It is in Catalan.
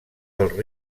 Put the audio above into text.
dels